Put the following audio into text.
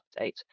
update